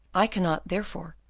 i cannot, therefore,